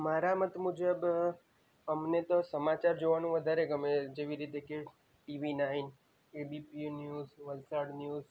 મારા મત મુજબ અમને તો સમાચાર જોવાનું વધારે ગમે જેવી રીતે કે TV nine ABP news Valsad news